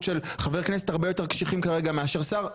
של חבר כנסת הרבה יותר קשיחים כרגע מאשר של שר,